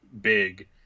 big